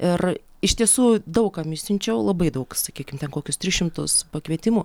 ir iš tiesų daug kam išsiunčiau labai daug sakykim ten kokius tris šimtus pakvietimų